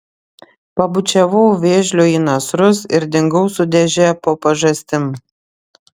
pabučiavau vėžliui į nasrus ir dingau su dėže po pažastim